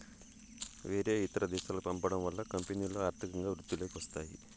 వేరే ఇతర దేశాలకు పంపడం వల్ల కంపెనీలో ఆర్థికంగా వృద్ధిలోకి వస్తాయి